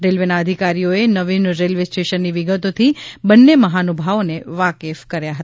રેલવશ્ના અધિકારીઓએ નવીન રેલવ સ્ટેશનની વિગતોથી બન્ન મહાનુભાવોન વાકેફ કર્યા હતા